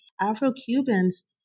Afro-Cubans